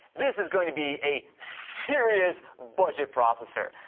this is going to be a serious budget processor,